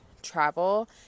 travel